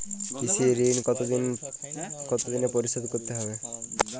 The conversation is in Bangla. কৃষি ঋণ কতোদিনে পরিশোধ করতে হবে?